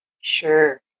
Sure